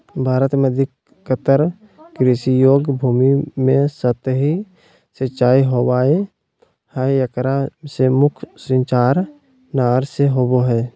भारत में अधिकतर कृषि योग्य भूमि में सतही सिंचाई होवअ हई एकरा मे मुख्य सिंचाई नहर से होबो हई